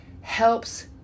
Helps